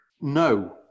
No